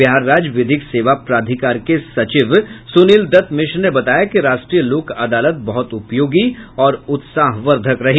बिहार राज्य विधिक सेवा प्राधिकार के सचिव सुनील दत्त मिश्र ने बताया कि राष्ट्रीय लोक अदालत बहुत उपयोगी और उत्साह वर्धक रही